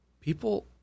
People